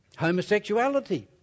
homosexuality